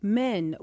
men